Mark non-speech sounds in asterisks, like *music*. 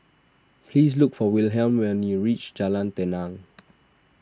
please look for Wilhelm when you reach Jalan Tenang *noise*